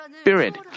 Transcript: Spirit